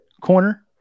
Corner